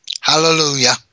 Hallelujah